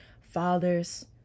fathers